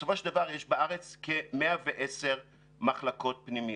בסופו של דבר יש בארץ כ-110 מחלקות פנימיות.